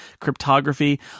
cryptography